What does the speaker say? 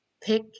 pick